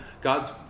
God's